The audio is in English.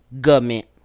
government